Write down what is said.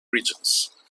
regions